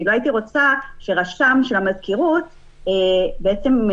כי לא הייתי רוצה שהרשם של המזכירות ימנע